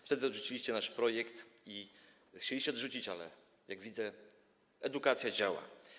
Wtedy odrzuciliście nasz projekt, chcieliście odrzucić, ale, jak widzę, edukacja działa.